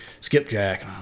skipjack